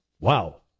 wow